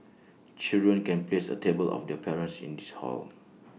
children can place A tablet of their parents in this hall